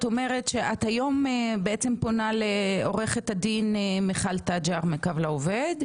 את אומרת שאת היום בעצם פונה לעורכת הדין מיכל תג'ר מ"קו לעובד"